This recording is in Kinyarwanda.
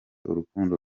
urukundo